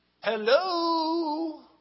Hello